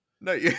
No